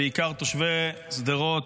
בעיקר תושבי שדרות,